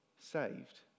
saved